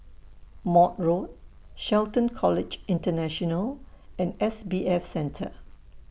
Maude Road Shelton College International and S B F Center